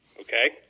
Okay